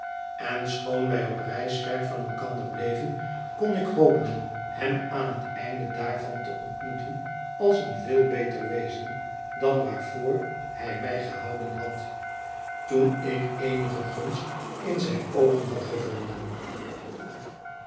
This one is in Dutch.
en schoon wij op reis ver van elkander bleven kon ik hopen hem aan het einde daarvan te ontmoeten als een veel beter wezen dan waarvoor hij mij gehouden had toen ik eenige gunst in zijne oogen had gevonden